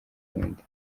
burundi